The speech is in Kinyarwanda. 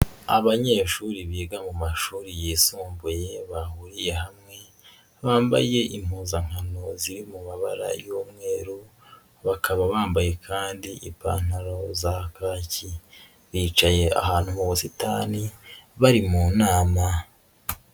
Abanyeshuri biga mu mashuri yisumbuye bahuriye hamwe bambaye impuzankano ziri mu mabara y'umweru, bakaba bambaye kandi ipantaro za kaki bicaye ahantu mu busitani bari mu nama.